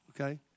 Okay